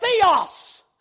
theos